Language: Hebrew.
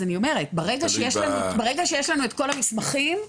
ברגע שיש לנו את כל המסמכים,